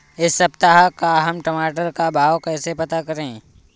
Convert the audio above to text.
इस सप्ताह का हम टमाटर का भाव कैसे पता करें?